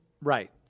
right